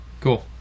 Cool